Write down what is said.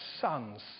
sons